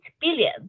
billion